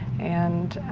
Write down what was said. and